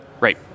Right